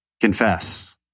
confess